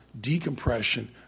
decompression